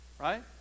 Right